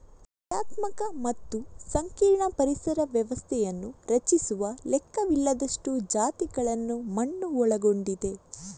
ಕ್ರಿಯಾತ್ಮಕ ಮತ್ತು ಸಂಕೀರ್ಣ ಪರಿಸರ ವ್ಯವಸ್ಥೆಯನ್ನು ರಚಿಸುವ ಲೆಕ್ಕವಿಲ್ಲದಷ್ಟು ಜಾತಿಗಳನ್ನು ಮಣ್ಣು ಒಳಗೊಂಡಿದೆ